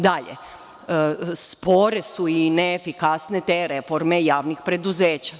Dalje, spore su i neefikasne te reforme javnih preduzeća.